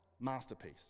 masterpiece